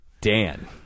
Dan